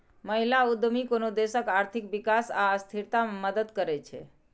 महिला उद्यमी कोनो देशक आर्थिक विकास आ स्थिरता मे मदति करै छै